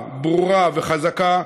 ברורה וחזקה,